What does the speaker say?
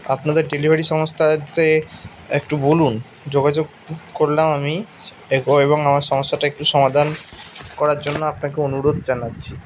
আপনাদের ডেলিভারি সংস্থার যে একটু বলুন যোগাযোগ করলাম আমি এবং আমার সমস্যাটা একটু সমাধান করার জন্য আপনাকে অনুরোধ জানাচ্ছি